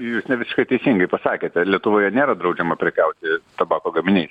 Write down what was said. jūs nevisiškai teisingai pasakėte lietuvoje nėra draudžiama prekiauti tabako gaminiais